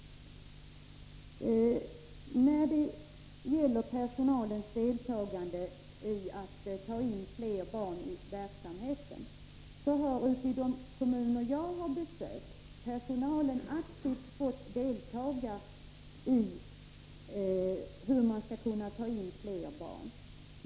I fråga om personalens deltagande i beslut om att ta in fler barn i verksamheten, har i de kommuner som jag har besökt personalen aktivt fått delta när det gällt att avgöra hur man skall kunna ta in fler barn.